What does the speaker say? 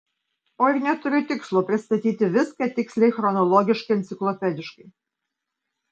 o ir neturiu tikslo pristatyti viską tiksliai chronologiškai enciklopediškai